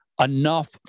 enough